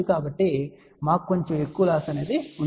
కాబట్టి మాకు కొంచెం ఎక్కువ లాస్ ఉంది